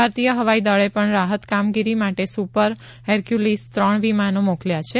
ભારતીય હવાઈદળે પણ રાહત કામગીરી માટે ત્રણ સુપર હરક્યુલીસ વિમાનો મોકલ્યા છે